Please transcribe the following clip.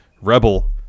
Rebel